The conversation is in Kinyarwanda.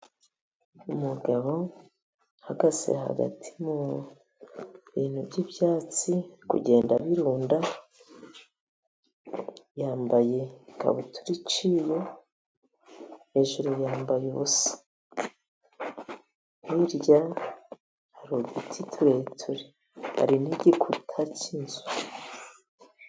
Umugabo ahagaze hagati mu bintu by'ibyatsi, ari kugenda abirunda, yambaye ikabutura iciye, hejuru yambaye ubusa, hirya hari uduti tureture hari igikuta cy'inzu.